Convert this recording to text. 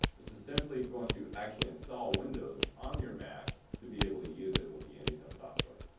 this is simply going to actually install windows on your mac to be able to use it with the anytone software.